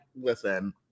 listen